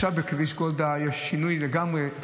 בכביש גולדה יש שינוי עכשיו לגמרי.